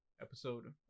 episode